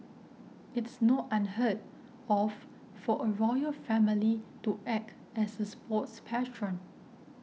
it's not unheard of for a royal family to act as a sports patron